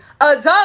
adult